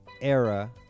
era